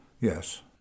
Yes